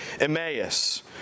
Emmaus